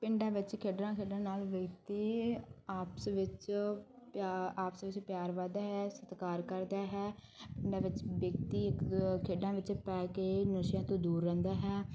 ਪਿੰਡਾਂ ਵਿੱਚ ਖੇਡਣਾ ਖੇਡਣ ਨਾਲ ਵਿਅਕਤੀ ਆਪਸ ਵਿੱਚ ਪਿਆ ਆਪਸ ਵਿੱਚ ਪਿਆਰ ਵੱਧਦਾ ਹੈ ਸਤਿਕਾਰ ਕਰਦਾ ਹੈ ਪਿੰਡਾਂ ਵਿੱਚ ਵਿਅਕਤੀ ਇੱਕ ਦੂਜੇ ਖੇਡਾਂ ਵਿੱਚ ਪੈ ਕੇ ਨਸ਼ਿਆਂ ਤੋਂ ਦੂਰ ਰਹਿੰਦਾ ਹੈ